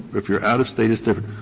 if you're out of state it's different.